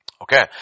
Okay